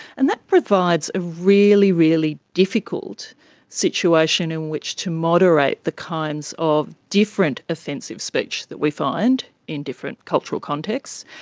and that provides a really, really difficult situation in which to moderate the kinds of different offensive speech that we find in different cultural contexts.